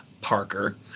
Parker